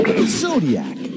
Zodiac